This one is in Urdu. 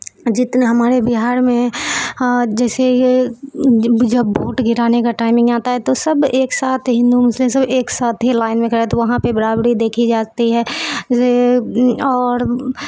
جتنے ہمارے بہار میں جیسے یہ جب بھوٹ گرانے کا ٹائمنگ آتا ہے تو سب ایک ساتھ ہندو مسلم سب ایک ساتھ ہی لائن میں کھڑے ہوتے ہیں وہاں پہ برابری دیکھی جاتی ہے اور